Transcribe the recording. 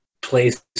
place